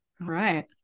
Right